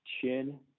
chin